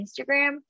Instagram